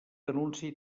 anunci